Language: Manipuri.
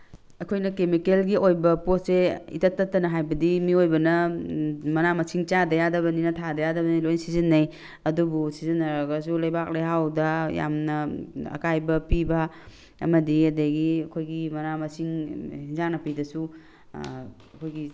ꯑꯩꯈꯣꯏꯅ ꯀꯦꯃꯤꯀꯦꯜꯒꯤ ꯑꯣꯏꯕ ꯄꯣꯠꯁꯦ ꯏꯇꯠ ꯇꯠꯇꯅ ꯍꯥꯏꯕꯗꯤ ꯃꯤꯑꯣꯏꯕꯅ ꯃꯅꯥ ꯃꯁꯤꯡ ꯆꯥꯗ ꯌꯥꯗꯕꯅꯤꯅ ꯊꯥꯗ ꯌꯥꯗꯕꯅꯤꯅ ꯂꯣꯏꯟꯅ ꯁꯤꯖꯤꯟꯅꯩ ꯑꯗꯨꯕꯨ ꯁꯤꯖꯤꯟꯅꯔꯒꯁꯨ ꯂꯩꯕꯥꯛ ꯂꯩꯍꯥꯎꯗ ꯌꯥꯝꯅ ꯑꯀꯥꯏꯕ ꯄꯤꯕ ꯑꯃꯗꯤ ꯑꯗꯒꯤ ꯑꯩꯈꯣꯏꯒꯤ ꯃꯅꯥ ꯃꯁꯤꯡ ꯑꯦꯟꯁꯥꯡ ꯅꯥꯄꯤꯗꯁꯨ ꯑꯩꯈꯣꯏꯒꯤ